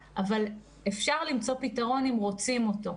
אפשר למצוא פתרון אם רוצים אותו.